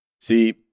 See